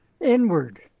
inward